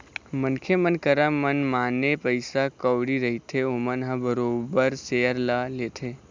मनखे मन करा मनमाने पइसा कउड़ी रहिथे ओमन ह बरोबर सेयर ल लेथे